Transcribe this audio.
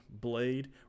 blade